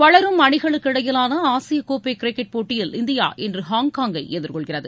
வளரும் அணிகளுக்கிடையிலான ஆசிய கோப்பை கிரிக்கெட் போட்டியில் இந்தியா இன்று ஹாங்காங்கை எதிர்கொள்கிறது